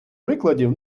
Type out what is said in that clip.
прикладів